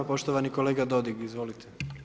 Poštovani kolega Dodig, izvolite.